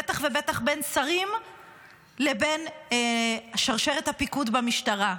בטח ובטח בין שרים לבין שרשרת הפיקוד במשטרה.